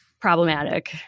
problematic